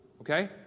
Okay